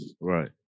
Right